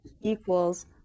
equals